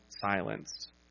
silenced